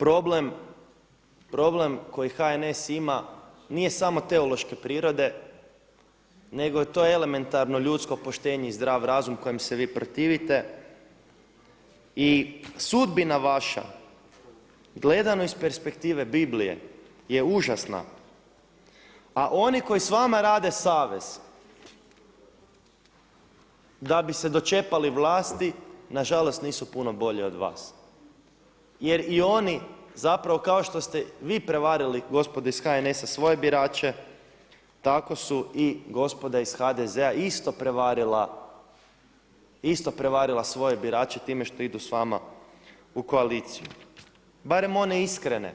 Nažalost, problem koji HNS ima nije samo teološke prirode, nego je to elementarno ljudsko poštenje i zdrav razum kojem se vi protivite i sudbina vaša gledano iz perspektive Biblije je užasna, a oni koji s vama rade savez da bi se dočepali vlasti nažalost nisu puno bolji od vas jer i oni zapravo kao što ste vi prevarili gospodo iz HNS-a svoje birače, tako su i gospoda iz HDZ-a isto prevarila svoje birače time što idu s vama u koaliciju, barem one iskrene,